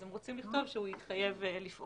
הם רוצים לכתוב שהוא יתחייב לפעול.